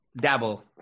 dabble